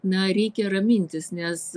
na reikia ramintis nes